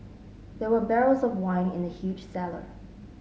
there were barrels of wine in the huge cellar